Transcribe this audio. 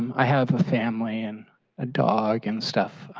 i have a family and a dog and stuff,